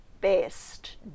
best